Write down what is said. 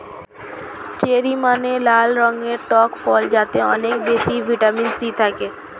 cherry মানে লাল রঙের টক ফল যাতে অনেক বেশি ভিটামিন থাকে